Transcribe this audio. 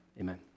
Amen